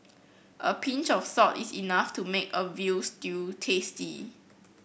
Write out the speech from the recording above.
a pinch of salt is enough to make a veal stew tasty